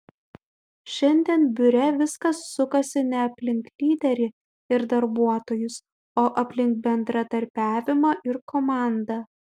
šiandien biure viskas sukasi ne aplink lyderį ir darbuotojus o aplink bendradarbiavimą ir komandą